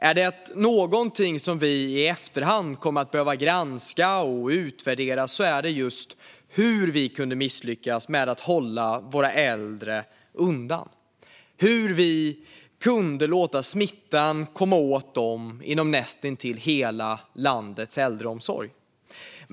Om det är något vi i efterhand kommer att behöva granska och utvärdera är det just hur vi kunde misslyckas med att hålla våra äldre undan smitta och hur vi kunde låta smittan komma åt dem inom näst intill hela landets äldreomsorg.